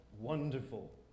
Wonderful